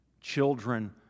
children